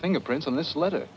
fingerprints on this letter